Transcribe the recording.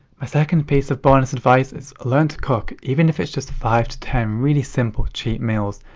my second piece of bonus advice is learn to cook. even if its just five to ten really simple, cheap meals.